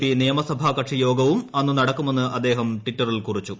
P നിയമസഭാ കക്ഷിയോഗവും അന്നു നടക്കുമെന്ന് അദ്ദേഹം ട്വിറ്ററിൽ കുറിച്ചു